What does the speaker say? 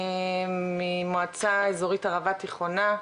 ממועצה אזורית ערבה תיכונה,